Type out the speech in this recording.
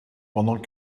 pendant